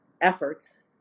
efforts